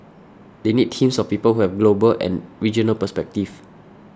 they need teams of people who have and regional perspective